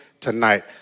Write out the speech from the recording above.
tonight